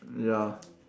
ya